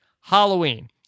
Halloween